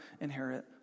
inherit